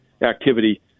activity